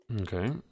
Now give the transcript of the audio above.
Okay